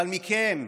אבל מכם,